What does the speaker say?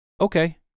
okay